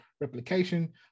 replication